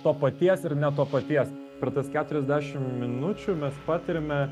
to paties ir ne to paties per tas keturiasdešimt minučių mes patiriame